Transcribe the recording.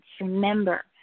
Remember